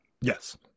yes